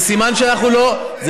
זה סימן, על מי אתה כעובד?